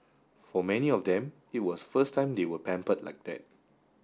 for many of them it was first time they were pampered like that